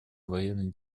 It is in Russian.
военной